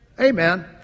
Amen